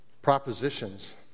Propositions